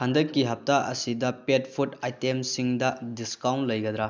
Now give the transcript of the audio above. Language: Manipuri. ꯍꯟꯗꯛꯀꯤ ꯍꯞꯇꯥ ꯑꯁꯤꯗ ꯄꯦꯠ ꯐꯨꯠ ꯑꯥꯏꯇꯦꯝꯁꯤꯡꯗ ꯗꯤꯁꯀꯥꯎꯟ ꯂꯩꯒꯗ꯭ꯔꯥ